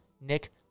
Nick